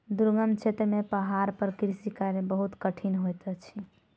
दुर्गम क्षेत्र में पहाड़ पर कृषि कार्य बहुत कठिन होइत अछि